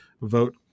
vote